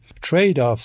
trade-offs